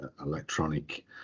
electronic